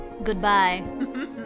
Goodbye